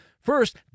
First